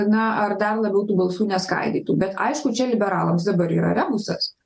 na ar dar labiau tų balsų neskaidytų bet aišku čia liberalams dabar yra rebusas